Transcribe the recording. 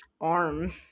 arm